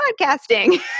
podcasting